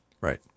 right